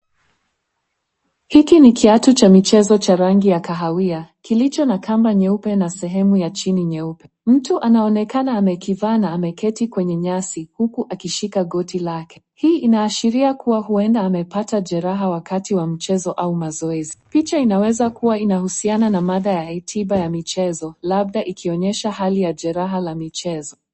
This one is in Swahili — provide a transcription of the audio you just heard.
Hiki ni kiatu cha michezo cha rangi ya kahawia kilicho na kamba nyeupe na sehemu ya chini nyeupe. Mtu anaonekana amekivaa na ameketi kwenye nyasi huku akishika goti lake. Hii inaashiria kuwa huenda amepata jeraha wakati wa mchezo au mazoezi. Picha inaweza kuwa inahusiana na mada ya tiba ya michezo labda ikionyesha hali ya jeraha la michezo.